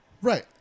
Right